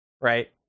right